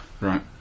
Right